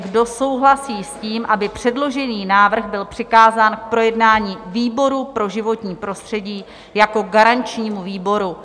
Kdo souhlasí s tím, aby předložený návrh byl přikázán k projednání výboru pro životní prostředí jako garančnímu výboru?